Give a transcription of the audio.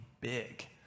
big